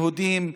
יהודים,